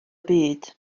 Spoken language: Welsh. byd